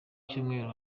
cyumweru